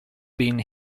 been